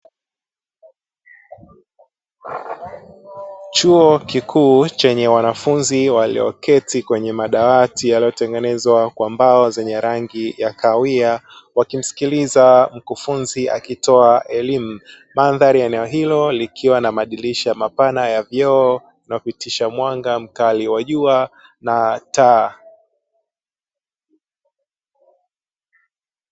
Chuo kikuu chenye wanafunzi walioketi kwenye madawati; yaliyotengenezwa kwa mbao zenye rangi ya kahawia, wakimsikiliza mkufunzi akitoa elimu. Mandhari ya eneo hilo likiwa na madirisha mapana ya vioo, vinavyopitisha mwanga mkali wa jua na taa.